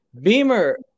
Beamer